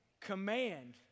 Command